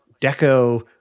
deco